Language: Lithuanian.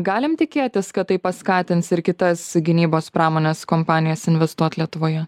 galim tikėtis kad tai paskatins ir kitas gynybos pramonės kompanijas investuot lietuvoje